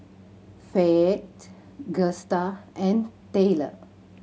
Fayette Gusta and Tayler